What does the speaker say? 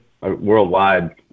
worldwide